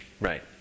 Right